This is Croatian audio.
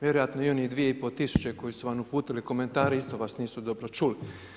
Vjerojatno i onih 2,5 tisuće koji su vam uputili komentare isto vas nisu dobro čuli.